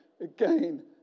again